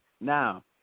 Now